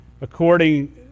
according